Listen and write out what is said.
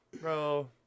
bro